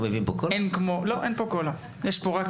אני חושבת